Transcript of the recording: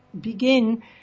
begin